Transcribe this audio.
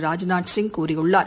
ராஜ்நாத் சிங் கூறியுள்ளார்